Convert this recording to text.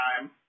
time